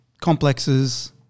complexes